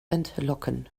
entlocken